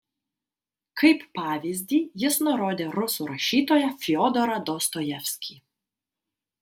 kaip pavyzdį jis nurodė rusų rašytoją fiodorą dostojevskį